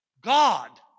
God